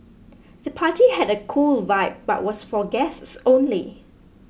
the party had a cool vibe but was for guests only